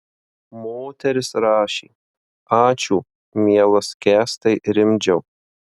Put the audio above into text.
moteris rašė ačiū mielas kęstai rimdžiau